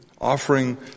offering